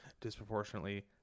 disproportionately